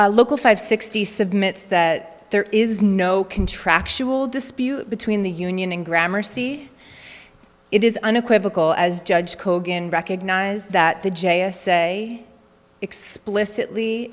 sixty local five sixty submit that there is no contractual dispute between the union and grammar c it is unequivocal as judge kogan recognize that the j s say explicitly